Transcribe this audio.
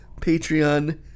Patreon